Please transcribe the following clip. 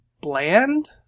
bland